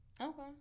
Okay